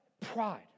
Pride